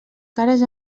cares